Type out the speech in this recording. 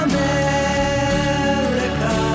America